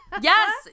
yes